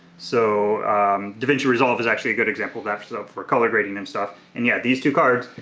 so davinci resolve is actually a good example that's up for color grading and stuff and yeah, these two cards,